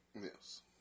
yes